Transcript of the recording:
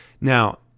Now